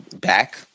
back